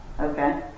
Okay